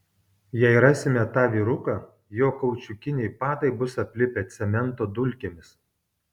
jei rasime tą vyruką jo kaučiukiniai padai bus aplipę cemento dulkėmis